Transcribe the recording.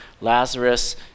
Lazarus